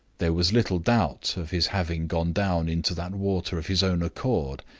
there was little doubt of his having gone down into that water of his own accord.